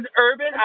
urban